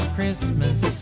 Christmas